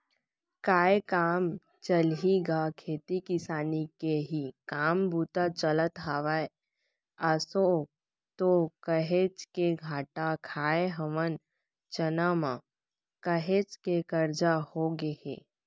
काय काम चलही गा खेती किसानी के ही काम बूता चलत हवय, आसो तो काहेच के घाटा खाय हवन चना म, काहेच के करजा होगे हे